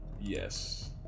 yes